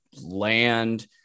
land